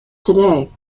today